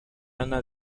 anna